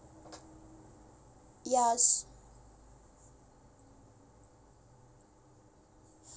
ya